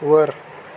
वर